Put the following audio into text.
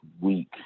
week